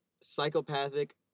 psychopathic